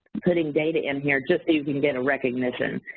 putting data in here just so you can get a recognition.